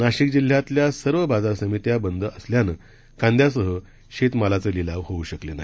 नाशिक जिल्ह्यातल्या सर्व बाजार समित्या बंद असल्यानं कांद्यासह शेतमालाचे लिलाव होऊ शकले नाही